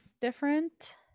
different